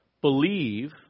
Believe